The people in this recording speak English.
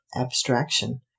abstraction